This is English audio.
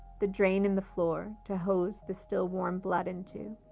the drain in the floor to hose the still-warm blood into.